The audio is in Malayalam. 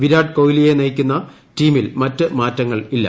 വിരാട് ക്ടൊഹ്ലി നയിക്കുന്ന ടീമിൽ മറ്റ് മാറ്റങ്ങൾ ഇല്ല